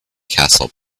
castle